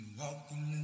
Walking